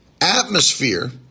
atmosphere